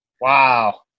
Wow